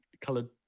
colored